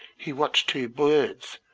he watched two birds,